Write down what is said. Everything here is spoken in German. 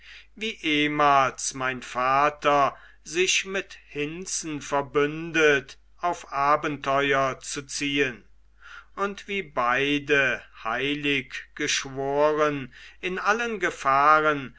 wie ehmals mein vater sich mit hinzen verbündet auf abenteuer zu ziehen und wie beide heilig geschworen in allen gefahren